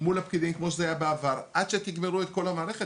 מול הפקידים כמו שזה היה בעבר עד שתגמרו את כל המערכת.